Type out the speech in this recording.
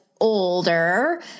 older